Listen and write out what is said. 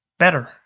better